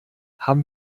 haben